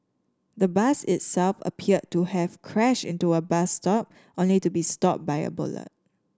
the bus itself appeared to have crash into a bus stop only to be stopped by a bollard